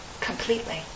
completely